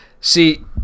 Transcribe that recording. See